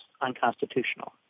unconstitutional